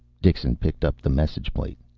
dixon picked up the message plate.